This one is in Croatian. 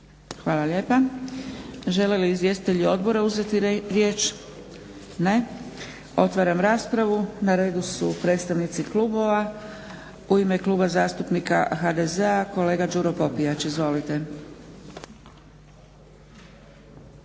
Hvala lijepa. Žele li izvjestitelji Odbora uzeti riječ? Ne. Otvaram raspravu. Na redu su predstavnici klubova. U ime Kluba zastupnika HDZ-a kolega Đuro Popijač. Izvolite.